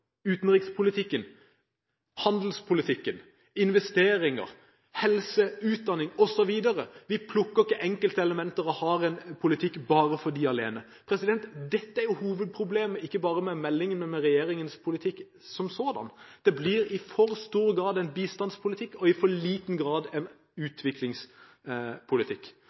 investeringer, helse, utdanning osv. Vi plukker ikke enkeltelementer og har en politikk for dem alene. Dette er hovedproblemet ikke bare med meldingen, men med regjeringens politikk som sådan: Det blir i for stor grad en bistandspolitikk og i for liten grad en utviklingspolitikk.